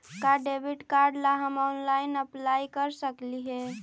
का debit card ला हम ऑनलाइन अप्लाई कर सकली हे?